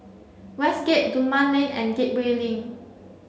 Westgate Dunman Lane and Gateway Link